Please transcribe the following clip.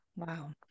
Wow